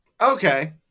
Okay